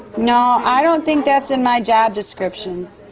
no, i don't think that's in my job description.